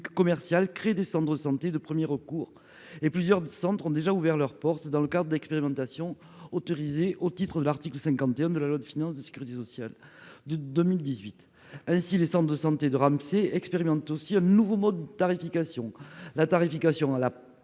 commerciales créent descendre santé de premier recours et plusieurs centres ont déjà ouvert leurs portes dans le cadre d'expérimentation autorisée au titre de l'article 51 de la loi de finance de sécurité sociale de 2018. Ainsi les Centres de santé de Ramsey expérimente aussi un nouveau mode de tarification la tarification à la